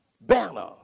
banner